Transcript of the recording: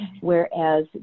whereas